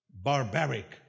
barbaric